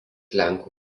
lenkų